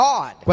God